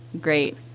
Great